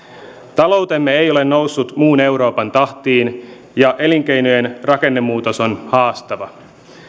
taloutemme ei ole noussut muun euroopan tahtiin ja elinkeinojen rakennemuutos on haastava